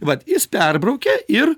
vat jis perbraukia ir